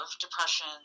depression